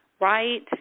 right